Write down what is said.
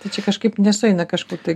tai čia kažkaip nesueina kažkur tai